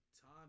time